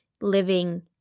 living